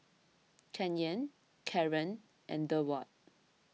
Canyon Kaaren and Durward